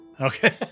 Okay